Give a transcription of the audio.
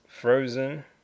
Frozen